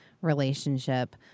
relationship